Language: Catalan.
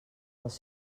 dels